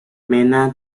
mena